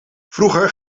vroeger